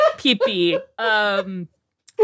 peepee